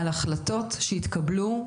על החלטות שהתקבלו.